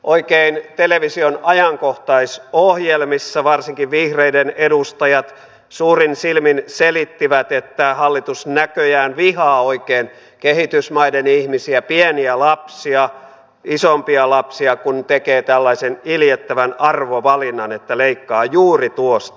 oikein television ajankohtaisohjelmissa varsinkin vihreiden edustajat suurin silmin selittivät että hallitus näköjään oikein vihaa kehitysmaiden ihmisiä pieniä lapsia ja isompia lapsia kun tekee tällaisen iljettävän arvovalinnan että leikkaa juuri tuosta